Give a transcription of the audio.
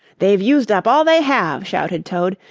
they've used up all they have, shouted toad.